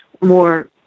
more